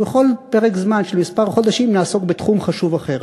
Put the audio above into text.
ובכל פרק זמן של כמה חודשים נעסוק בתחום חשוב אחר.